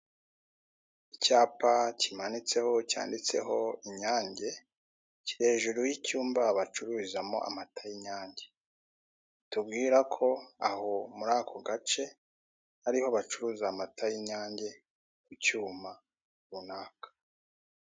Icyapa kimanitseho cyanditseho inyanye kiri hejuru y'icyumba bacururizamo amata y'inyange kitubwira ko aho muri ako gace ariho bacuruza amata y'inyange mu cyuma runaka.